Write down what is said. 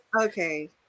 okay